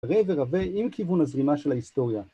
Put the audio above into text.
פרה ורבה עם כיוון הזרימה של ההיסטוריה.